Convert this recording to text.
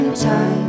time